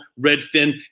Redfin